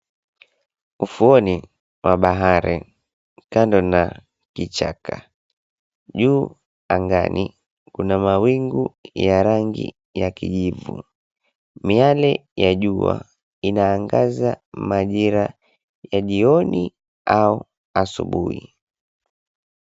Ufuoni wa bahari, kando na kichaka. Juu angani, kuna mawingu ya rangi ya kijivu. Miale ya jua inaangaza majira ya jioni au ausubuhi.